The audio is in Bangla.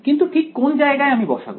কিন্তু ঠিক কোন জায়গায় আমি বসাবো